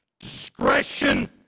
discretion